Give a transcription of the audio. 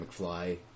McFly